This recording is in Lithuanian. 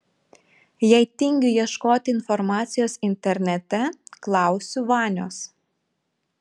jei tingiu ieškoti informacijos internete klausiu vanios